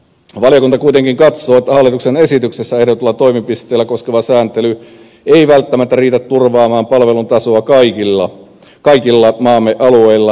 valiokunta kuitenkin katsoo että hallituksen esityksessä ehdotettu toimipisteitä koskeva sääntely ei välttämättä riitä turvaamaan palvelun tasoa kaikilla maamme alueilla tasavertaisesti